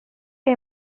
que